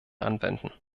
anwenden